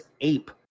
ape